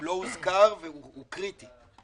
לא הוזכר והוא קריטי.